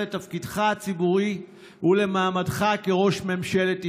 לתפקידך הציבורי ולמעמדך כראש ממשלת ישראל,